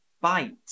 bite